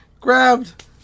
grabbed